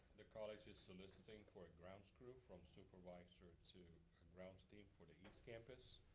the college is soliciting for a grounds crew. from supervisor to grounds team for the east campus.